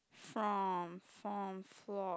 from form flog